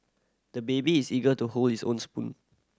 the baby is eager to hold his own spoon